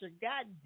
God